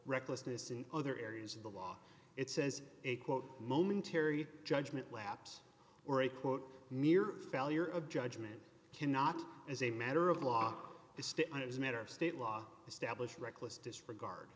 recklessness in other areas of the law it says a quote momentary judgment lapse or a quote near failure of judgment cannot as a matter of law is to end it as a matter of state law established reckless disregard